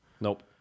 Nope